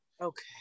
Okay